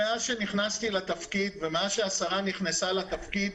מאז שנכנסתי לתפקיד ומאז שהשרה נכנסה לתפקיד,